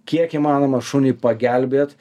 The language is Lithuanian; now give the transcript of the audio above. kiek įmanoma šuniui pagelbėt